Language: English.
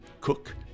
Cook